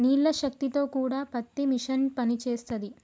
నీళ్ల శక్తి తో కూడా పత్తి మిషన్ పనిచేస్తది